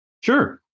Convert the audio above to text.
Sure